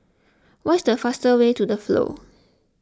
what is the fastest way to the Flow